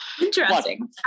Interesting